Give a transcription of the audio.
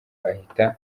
ahita